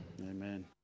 Amen